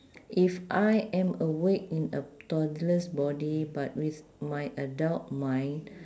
if I am awake in a toddler's body but with my adult mind